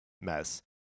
mess